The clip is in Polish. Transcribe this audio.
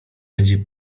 będzie